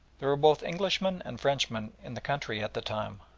there were both englishmen and frenchmen in the country at the time,